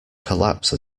collapse